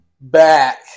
back